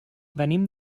venim